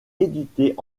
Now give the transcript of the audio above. éditées